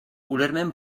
ulermen